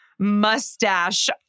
mustache